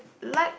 like